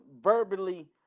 verbally